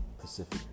Pacific